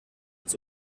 das